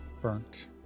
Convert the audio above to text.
burnt